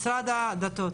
משרד הדתות,